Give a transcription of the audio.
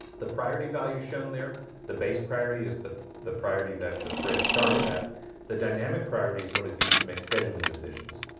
the priority values shown there the base priority is the the priority that the thread started at the dynamic priority is what is used to make scheduling decisions?